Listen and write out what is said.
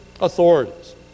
authorities